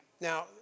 Now